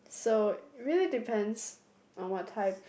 so it really depends on what type